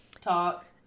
talk